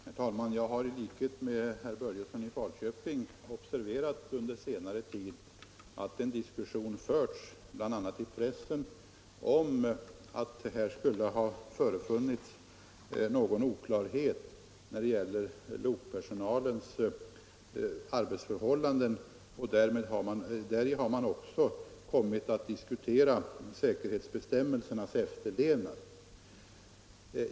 Herr talman! Jag har i likhet med herr Börjesson i Falköping observerat att en diskussion under senare tid förts, bl.a. i pressen, om att det skulle ha förefunnits någon oklarhet i vad avser lokpersonalens arbetsförhållanden och att man därvid också kommit att diskutera säkerhetsbestämmelsernas efterlevnad.